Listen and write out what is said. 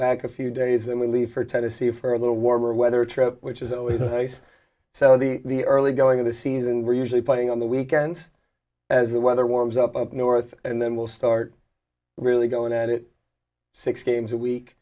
back a few days then we leave for tennessee for a little warmer weather trip which is always the case so the early going of the season we're usually playing on the weekends as the weather warms up up north and then we'll start really going at it six games a week